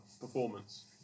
performance